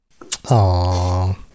Aww